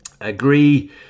agree